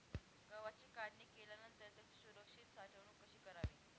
गव्हाची काढणी केल्यानंतर त्याची सुरक्षित साठवणूक कशी करावी?